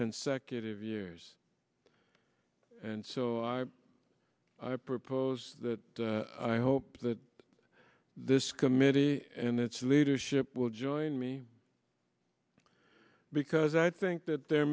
consecutive years and so i i propose that i hope that this committee and its leadership will join me because i think that there